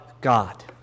God